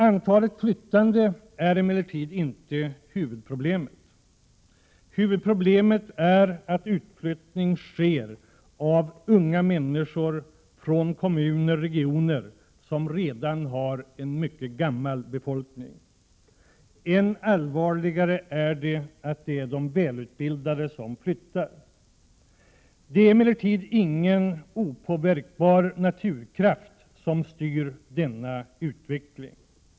Antalet flyttande är emellertid inte huvudproblemet. Huvudproblemet är att unga människor flyttar ut från kommuner och regioner som redan har en gammal befolkning. Än allvarligare är att det är de välutbildade som flyttar. Det är emellertid ingen opåverkbar naturkraft som styr denna utveckling.